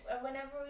whenever